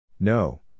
No